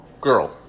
Girl